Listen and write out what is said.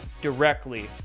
directly